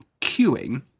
queuing